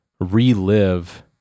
relive